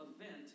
event